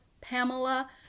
Pamela